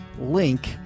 link